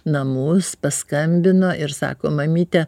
namus paskambino ir sako mamyte